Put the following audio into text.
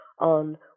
on